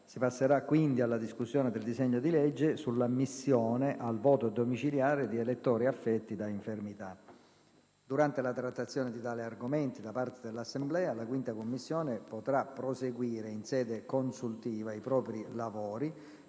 Si passerà quindi alla discussione del disegno di legge sull'ammissione al voto domiciliare di elettori affetti da infermità. Durante la trattazione di tali argomenti da parte dell'Assemblea, la 5a Commissione potrà proseguire, in sede consultiva, i propri lavori